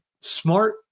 smart